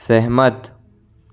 सहमत